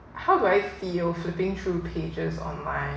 how do I feel flipping through pages online